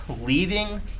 leaving